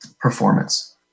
performance